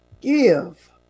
give